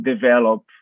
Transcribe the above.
develop